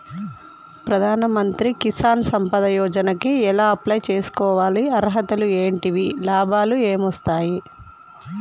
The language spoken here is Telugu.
ప్రధాన మంత్రి కిసాన్ సంపద యోజన కి ఎలా అప్లయ్ చేసుకోవాలి? అర్హతలు ఏంటివి? లాభాలు ఏమొస్తాయి?